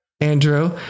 Andrew